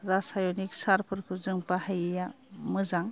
रासायनिक सारफोरखौ जों बाहायैया मोजां